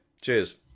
Cheers